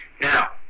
Now